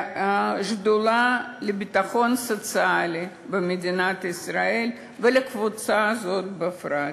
שדולה לביטחון סוציאלי במדינת ישראל ולקבוצה הזאת בפרט.